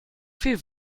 viel